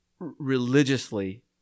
religiously